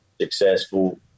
successful